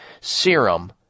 serum